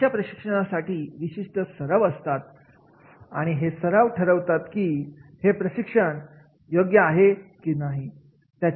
अशा प्रशिक्षणासाठी विशिष्ट सराव असतात ठरवतात की प्रशिक्षण सूर्य आहे की नाही